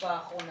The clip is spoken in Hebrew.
בתקופה האחרונה?